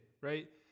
right